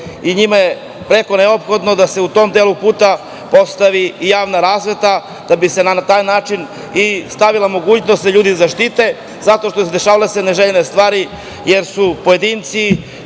i njima je preko neophodno da se u tom delu puta postavi javna rasveta da bi se na taj način uspostavila mogućnost da se ljudi zaštite zato što su se dešavale neželjene stvari, jer su pojedinci